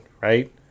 right